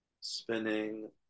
spinning